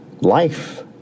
life